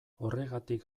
horregatik